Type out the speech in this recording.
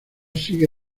sigue